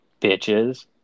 bitches